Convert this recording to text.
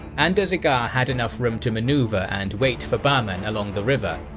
andarzaghar had enough room to maneuver and wait for bahman along the river,